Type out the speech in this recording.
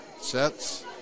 Sets